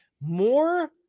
more